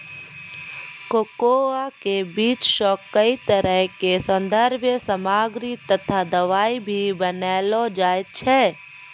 cocoa के बीज सॅ कई तरह के सौन्दर्य सामग्री तथा दवाई भी बनैलो जाय छै